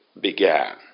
began